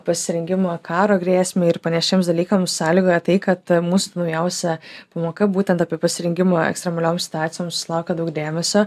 pasirengimo karo grėsmei ir panašiems dalykams sąlygoja tai kad mūsų naujausia pamoka būtent apie pasirengimą ekstremalioms situacijoms susilaukia daug dėmesio